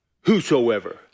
whosoever